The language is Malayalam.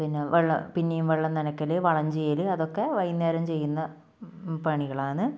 പിന്നെ വെള്ള പിന്നെയും വെള്ളം നനക്കൽ വളം ചെയ്യൽ അതൊക്കെ വൈകുന്നേരം ചെയ്യുന്ന പണികളാണ്